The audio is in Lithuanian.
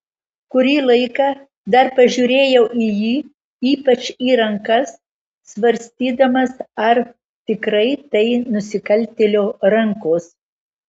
kurį laiką dar pažiūrėjau į jį ypač į rankas svarstydamas ar tikrai tai nusikaltėlio rankos